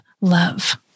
love